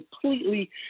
completely